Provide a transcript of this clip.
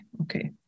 Okay